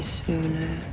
sooner